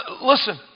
Listen